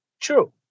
true